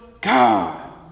God